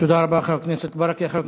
תודה רבה, חבר הכנסת ברכה.